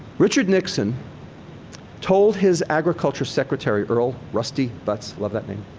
richard nixon told his agriculture secretary, earl rusty butz, love that name,